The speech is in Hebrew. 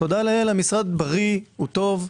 תודה לאל, המשרד בריא, טוב,